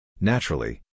naturally